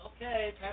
Okay